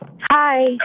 Hi